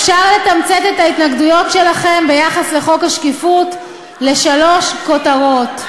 אפשר לתמצת את ההתנגדויות שלכם ביחס לחוק השקיפות לשלוש כותרות: